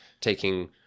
taking